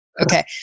okay